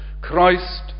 Christ